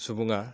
सुबुंआ